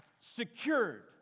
secured